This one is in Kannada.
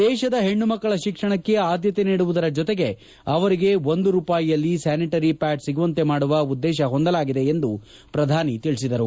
ದೇಶದ ಹೆಣ್ಣುಮಕ್ಕಳ ಶಿಕ್ಷಣಕ್ಕೆ ಆದ್ಯತೆ ನೀಡುವುದರ ಜೊತೆಗೆ ಅವರಿಗೆ ಒಂದು ರೂಪಾಯಿನಲ್ಲಿ ಸ್ಕಾನಿಟರಿ ಪ್ಕಾಡ್ ಸಿಗುವಂತೆ ಮಾಡುವ ಉದ್ದೇಶ ಹೊದಲಾಗಿದೆ ಎಂದು ಅವರು ಹೇಳಿದರು